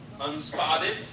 Unspotted